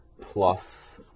plus